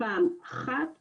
פעם אחת בקשה.